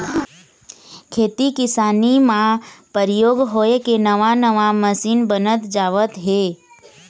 खेती किसानी म परयोग होय के नवा नवा मसीन बनत जावत हे